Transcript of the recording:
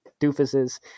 doofuses